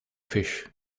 fish